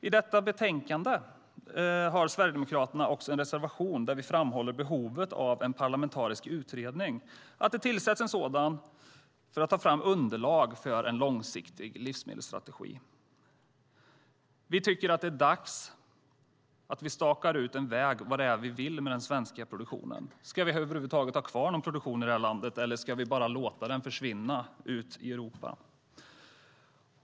I betänkandet har Sverigedemokraterna en reservation där vi framhåller behovet av att en parlamentarisk utredning tillsätts för att ta fram underlag för en långsiktig livsmedelsstrategi. Vi tycker att det är dags att vi stakar ut en väg för vad det är vi vill med den svenska produktionen. Ska vi över huvud taget ha kvar någon produktion i det här landet, eller ska vi bara låta den försvinna ut i Europa?